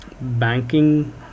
banking